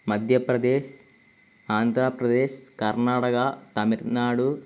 Madhya Pradesh Andhra Pradesh Karnataka Tamil Nadu